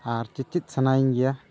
ᱟᱨ ᱪᱮ ᱪᱮᱫ ᱥᱟᱱᱟᱭᱤᱧ ᱜᱮᱭᱟ